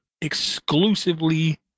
exclusively